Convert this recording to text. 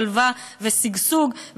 שלווה ושגשוג,